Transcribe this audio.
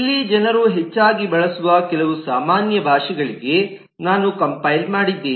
ಇಲ್ಲಿ ಜನರು ಹೆಚ್ಚಾಗಿ ಬಳಸುವ ಕೆಲವು ಸಾಮಾನ್ಯ ಭಾಷೆಗಳಿಗೆ ನಾನು ಕಂಪೈಲ್ ಮಾಡಿದ್ದೇನೆ